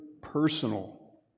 personal